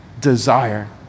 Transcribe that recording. desire